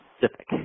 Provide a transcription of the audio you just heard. specific